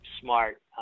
smart